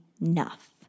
enough